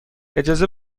اجازه